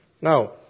Now